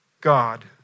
God